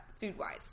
food-wise